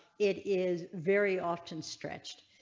it is very often stretched.